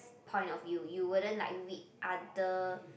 point of view you wouldn't like read other